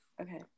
okay